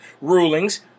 rulings